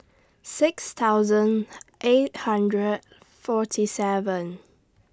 six thousand eight hundred forty seven